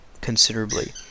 considerably